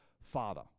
father